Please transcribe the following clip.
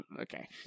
Okay